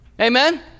Amen